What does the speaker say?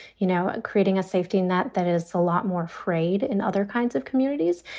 you know, creating a safety net that is a lot more frayed in other kinds of communities.